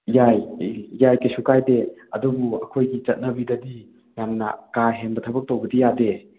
ꯌꯥꯏ ꯌꯥꯏ ꯀꯩꯁꯨ ꯀꯥꯏꯗꯦ ꯑꯗꯨꯕꯨ ꯑꯩꯈꯣꯏꯒꯤ ꯆꯠꯅꯕꯤꯗꯗꯤ ꯌꯥꯝꯅ ꯀꯥ ꯍꯦꯟꯕ ꯊꯕꯛ ꯇꯧꯕꯗꯤ ꯌꯥꯗꯦ